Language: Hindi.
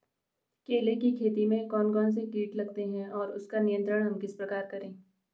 केले की खेती में कौन कौन से कीट लगते हैं और उसका नियंत्रण हम किस प्रकार करें?